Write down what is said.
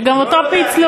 שגם אותו פיצלו?